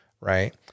right